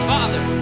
Father